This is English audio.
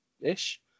ish